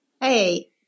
Hey